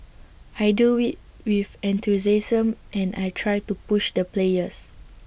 I do IT with enthusiasm and I try to push the players